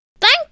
Thank